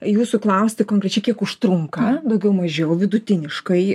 jūsų klausti konkrečiai kiek užtrunka daugiau mažiau vidutiniškai